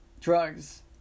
drugs